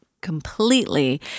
completely